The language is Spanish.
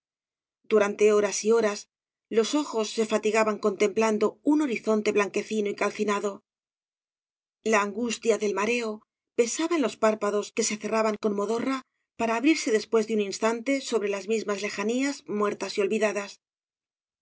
durante horas y horas los ojos se fatigaban contemplando un horizonte blanquecino y calcinado la angustia del mareo pesaba en los párpados que se cerraban con modorra para abrirse después de un instante sobre las mismas lejanías muertas y olvidadas